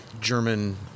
German